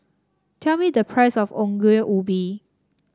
tell me the price of Ongol Ubi